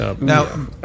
Now